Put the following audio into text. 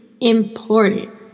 important